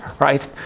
right